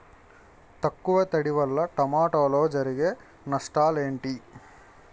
తక్కువ తడి వల్ల టమోటాలో జరిగే నష్టాలేంటి?